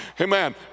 amen